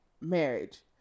marriage